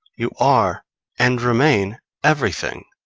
you are and remain everything.